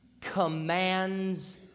commands